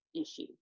issue